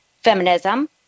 feminism